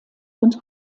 und